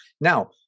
now